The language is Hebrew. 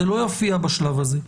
זה לא יופיע בשלב הזה.